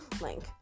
link